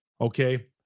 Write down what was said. okay